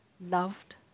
loved